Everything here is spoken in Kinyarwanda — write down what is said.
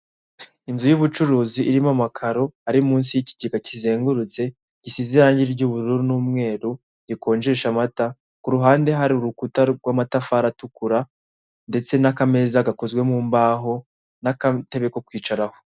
Inzu y'ubucuruzi irimo amakaro ari munsi y'ikigega kizengurutse, gisize irange ry'ubururu n'umweru gukonjesha amata ku ruhande hari urukuta rw'amatafari atukura ndetse n'akameza akozwe mu mbaho, n'agatebe ko kwicaraho.